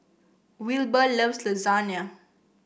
Wilber loves Lasagne